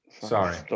Sorry